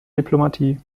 diplomatie